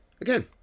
Again